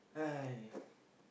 !aiya!